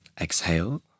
Exhale